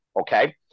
okay